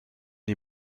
die